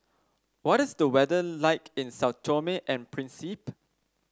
what is the weather like in Sao Tome and Principe